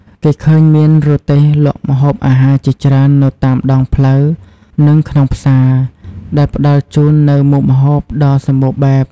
គេឃើញមានរទេះលក់ម្ហូបអាហារជាច្រើននៅតាមដងផ្លូវ និងក្នុងផ្សារ ដែលផ្តល់ជូននូវមុខម្ហូបដ៏សម្បូរបែប។